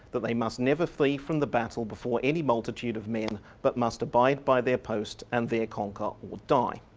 that they must never flee from the battle before any multitude of men but must abide by their post and there conquer or die'.